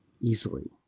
easily